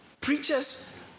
preachers